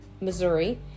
Missouri